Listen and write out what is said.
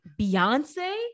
Beyonce